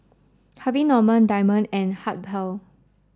Harvey Norman Diamond and Habhal